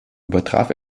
übertraf